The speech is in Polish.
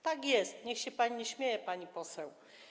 Tak jest, niech się pani nie śmieje, pani poseł.